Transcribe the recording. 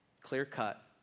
clear-cut